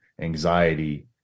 anxiety